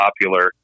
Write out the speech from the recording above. popular